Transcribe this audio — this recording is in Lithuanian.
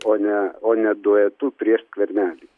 o ne o ne duetu prieš skvernelį